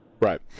Right